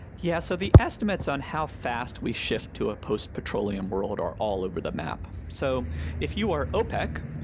yeah, so the estimates on how fast we shift to a post-petroleum world are all over the map. so if you are opec,